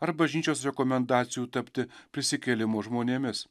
ar bažnyčios rekomendacijų tapti prisikėlimo žmonėmis